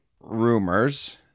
rumors